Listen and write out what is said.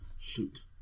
Shoot